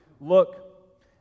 Look